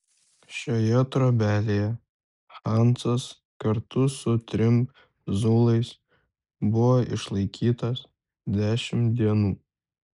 šioje trobelėje hansas kartu su trim zulais buvo išlaikytas dešimt dienų